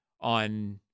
on